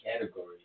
category